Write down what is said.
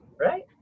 right